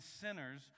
sinners